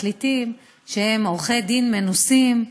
פרקליטים שהם עורכי דין מנוסים,